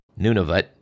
Nunavut